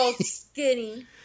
skinny